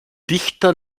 dichter